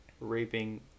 raping